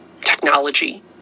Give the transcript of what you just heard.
technology